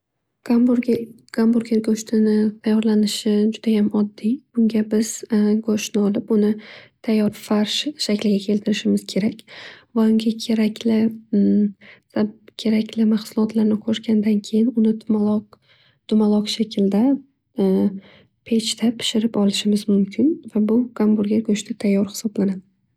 Gamburger, gamburger go'shtini tayorlanishi judayam oddiy. Bunga biz go'shtni olib uni tayyor farsh shakliga keltirishimiz kerak. Va unga kerakli kerakli mahsulotlarni qo'shgandan keyin, uni dumaloq, dumaloq shaklda pechta pishirib olishimiz mumkin va bu gamburger go'shti tayyor hisoblanadi.